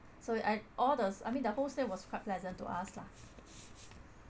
so I all the I mean the whole stay was quite pleasant to us lah